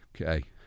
Okay